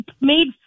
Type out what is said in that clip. made